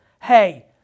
hey